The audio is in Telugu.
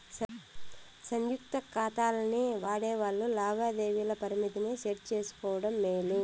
సంయుక్త కాతాల్ని వాడేవాల్లు లావాదేవీల పరిమితిని సెట్ చేసుకోవడం మేలు